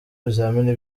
ibizamini